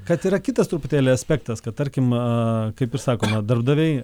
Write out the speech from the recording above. kad yra kitas truputėlį aspektas kad tarkim kaip ir sakoma darbdaviai